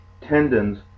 tendons